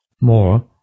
more